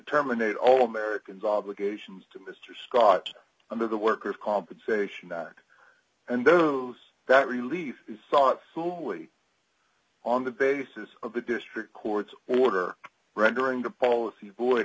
terminate all americans obligations to mr scott under the worker's compensation act and those that relief is sought soley on the basis of the district court's order rendering the policy void